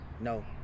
No